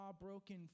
broken